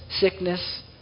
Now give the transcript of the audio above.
sickness